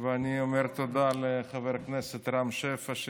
תגיד תודה לחבר הכנסת רם שפע.